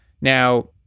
Now